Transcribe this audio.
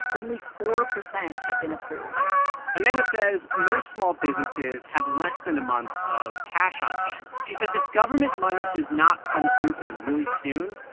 only four percent had been approved amanda says most small businesses have less than a month of cash on hand. she says if government money does not come through for them really soon,